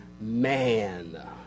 man